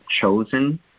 chosen